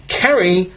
carry